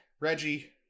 Reggie